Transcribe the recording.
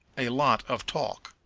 a lot of talk.